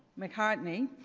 mccartney.